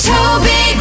Toby